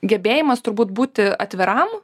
gebėjimas turbūt būti atviram